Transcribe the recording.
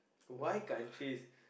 why countries